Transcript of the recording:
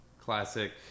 classic